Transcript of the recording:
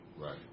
Right